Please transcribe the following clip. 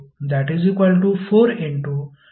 Pv2i24435